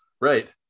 Right